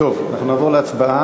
טוב, אנחנו נעבור להצבעה.